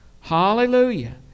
Hallelujah